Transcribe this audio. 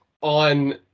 on